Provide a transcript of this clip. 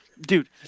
Dude